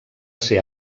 ser